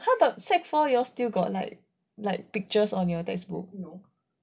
!huh! but sec four you all still got pictures on your textbook